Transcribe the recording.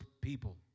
people